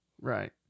Right